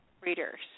readers